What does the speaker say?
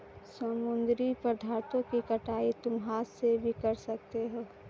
समुद्री पदार्थों की कटाई तुम हाथ से भी कर सकते हो